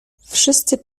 wszyscy